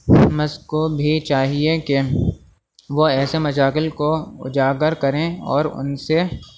مس کو بھی چاہیے کہ وہ ایسے مشاغل کو اجاگر کریں اور ان سے